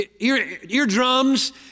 Eardrums